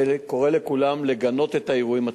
וקורא לכולם לגנות את האירועים עצמם.